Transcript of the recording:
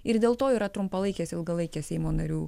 ir dėl to yra trumpalaikės ilgalaikės seimo narių